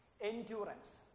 endurance